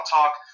Talk